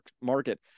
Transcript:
market